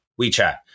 wechat